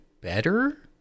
better